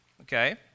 okay